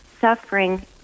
suffering